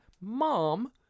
Mom